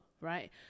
right